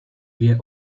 wie